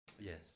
Yes